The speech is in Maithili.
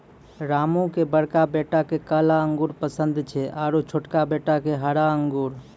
रामू के बड़का बेटा क काला अंगूर पसंद छै आरो छोटका बेटा क हरा अंगूर